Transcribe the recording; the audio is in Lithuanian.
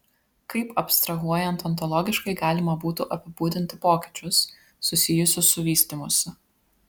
kaip abstrahuojant ontologiškai galima būtų apibūdinti pokyčius susijusius su vystymusi